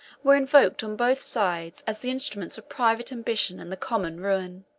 were invoked on both sides as the instruments private ambition and the common ruin.